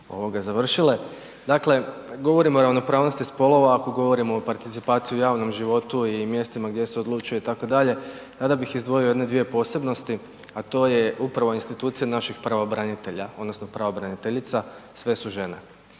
Glasovac završile. Dakle, govorimo o ravnopravnosti spolova ako govorimo o participaciji u javnom životu i mjestima gdje se odlučuje itd., sada bih izdvojio jedne dvije posebnosti, a to je upravo institucija naših pravobranitelja odnosno pravobraniteljica, sve su žene.